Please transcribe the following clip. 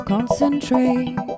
Concentrate